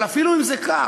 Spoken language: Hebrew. אבל אפילו אם זה כך,